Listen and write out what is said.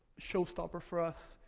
show-stopper for us,